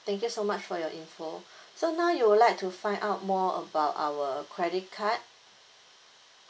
thank you so much for your info so now you would like to find out more about our credit card